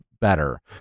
better